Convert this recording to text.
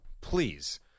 Please